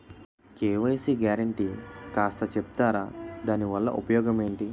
KYC guarantee కాస్త చెప్తారాదాని వల్ల ఉపయోగం ఎంటి?